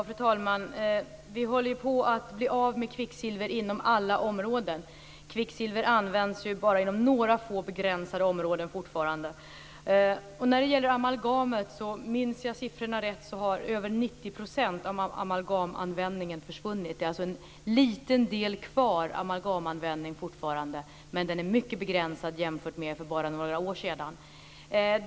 Fru talman! Vi håller på att bli av med kvicksilver inom alla områden. Kvicksilver används fortfarande bara inom några få begränsade områden. Om jag minns siffrorna rätt har över 90 % av amalgamanvändningen försvunnit. En liten del amalgam används fortfarande, men användningen är mycket begränsad jämfört med för bara några år sedan.